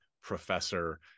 professor